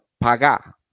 paga